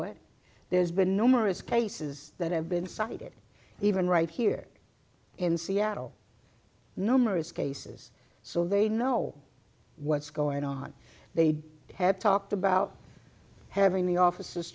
it there's been numerous cases that have been cited even right here in seattle number is cases so they know what's going on they have talked about having the office